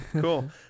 cool